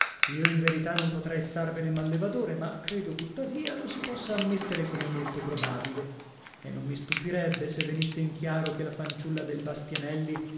io in verità non potrei starvene mallevadore ma credo tuttavia lo si possa ammettere come molto probabile e non mi stupirebbe se venisse in chiaro che la fanciulla del bastianelli